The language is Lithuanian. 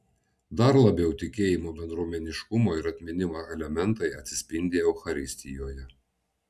dar labiau tikėjimo bendruomeniškumo ir atminimo elementai atsispindi eucharistijoje